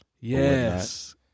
Yes